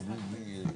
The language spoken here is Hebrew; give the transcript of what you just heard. זו החלטה שלכם.